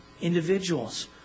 individuals